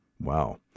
Wow